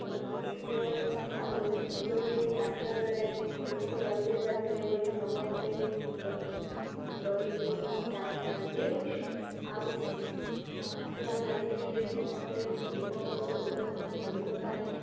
ଆଉ ରଥ ଦୋଳି ଆଉ ରଥ ଦୋଳି ଟାଣିଲା ବେଳେ ପ୍ରଭୁଙ୍କର ଆଶୀର୍ବାଦ ହୁଏ ବୋଲି ସମସ୍ତେ ରଥ ଦୋଳିକୁ ଟାଣିଥାନ୍ତି ଆଉ ମହାଶିବରାତ୍ରିରେ ସମସ୍ତେ ଶିବଙ୍କର ଉପସନା କରିବା ପାଇଁ